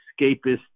escapist